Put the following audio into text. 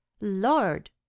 Lord